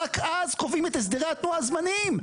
רק אז קובעים את הסדרי התנועה הזמניים.